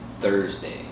Thursday